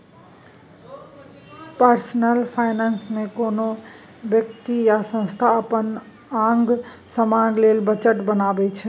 personal finance मे कोनो बेकती या संस्था अपन आंग समांग लेल बजट बनबै छै